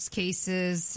cases